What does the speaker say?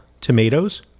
tomatoes